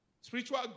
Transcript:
Spiritual